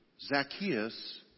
Zacchaeus